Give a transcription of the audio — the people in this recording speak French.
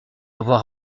avoir